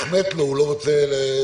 זה נראה לי לא נכון.